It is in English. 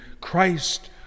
Christ